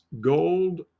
gold